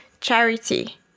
charity